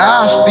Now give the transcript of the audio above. ask